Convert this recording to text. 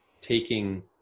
taking